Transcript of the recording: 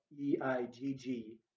E-I-G-G